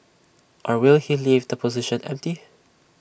or will he leave the position empty